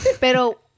Pero